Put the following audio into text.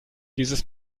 dieses